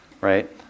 right